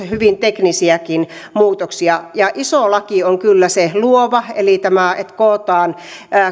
hyvin teknisiäkin muutoksia iso laki on kyllä se luova eli tämä että kootaan